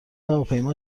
هواپیما